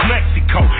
Mexico